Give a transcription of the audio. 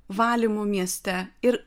valymu mieste ir